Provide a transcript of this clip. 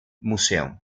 museum